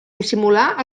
dissimular